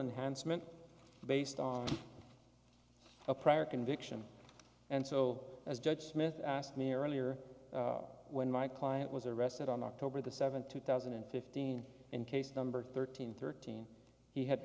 enhanced meant based on a prior conviction and so as judge smith asked me earlier when my client was arrested on october the seventh two thousand and fifteen and case number thirteen thirteen he had